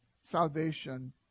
salvation